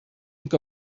look